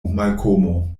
malkomo